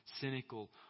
cynical